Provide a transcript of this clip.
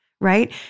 Right